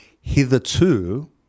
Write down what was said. hitherto